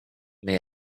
may